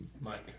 Mike